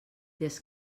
des